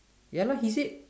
ya lah he said